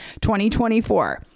2024